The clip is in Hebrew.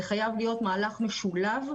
זה חייב להיות מהלך משולב,